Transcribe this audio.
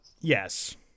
Yes